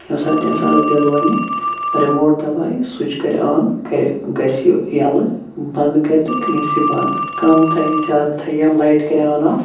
ییٚمہِ ساتہٕ تہِ اِنسانَس دِل وَنہِ رِموٹ دَبایے سُچ کَرِ آن کَرِ گَژھِ یہِ یَلہٕ بَند کَرِ تہٕ گژھِ یہِ بَند کَم تھَیہِ زیادٕ تھَیہِ یا لایِٹ کَرِ آن آف